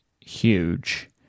huge